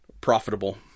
profitable